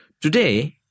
Today